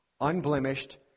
unblemished